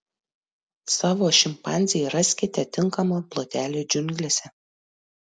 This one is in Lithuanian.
savo šimpanzei raskite tinkamą plotelį džiunglėse